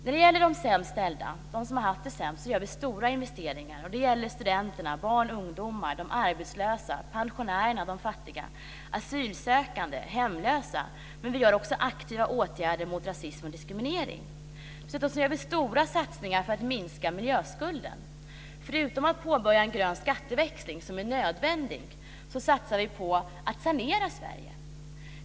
När det gäller de sämst ställda gör vi stora investeringar. Det handlar om studenter, barn, ungdomar, arbetslösa, fattiga pensionärer, asylsökande och hemlösa. Men vi vidtar också aktiva åtgärder mot rasism och diskriminering. Sedan gör vi också stora satsningar för att minska miljöskulden. Förutom att påbörja en grön skatteväxling, som är nödvändig, satsar vi på att sanera Sverige.